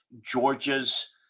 Georgia's